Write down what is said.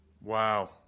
Wow